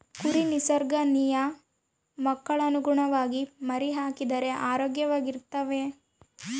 ಕುರಿ ನಿಸರ್ಗ ನಿಯಮಕ್ಕನುಗುಣವಾಗಿ ಮರಿಹಾಕಿದರೆ ಆರೋಗ್ಯವಾಗಿರ್ತವೆ